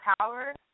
power